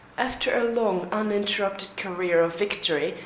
after a long, uninterrupted career of victory,